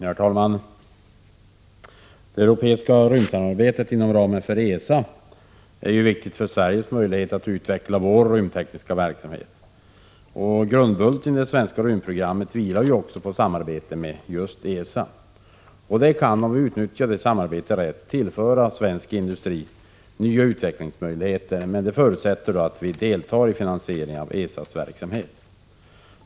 Herr talman! Det europeiska rymdsamarbetet inom ramen för ESA är viktigt för Sveriges möjligheter att utveckla vår rymdtekniska verksamhet. Grundbulten i det svenska rymdprogrammet utgörs av samarbetet inom ESA. Det samarbetet kan, om vi utnyttjar det rätt, tillföra svensk industri nya utvecklingsmöjligheter, men det förutsätter att vi deltar i finansieringen av ESA:s verksamhet.